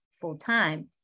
full-time